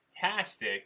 fantastic